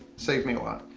save me a lot.